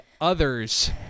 others